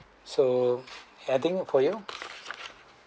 so another think for you